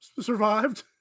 survived